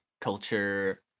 culture